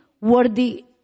worthy